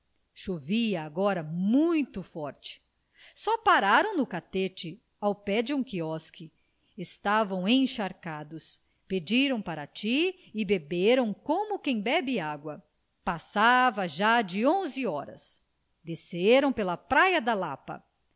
chovia agora muito forte só pararam no catete ao pé de um quiosque estavam encharcados pediram parati e beberam como quem bebe água passava já de onze horas desceram pela praia da lapa